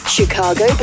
Chicago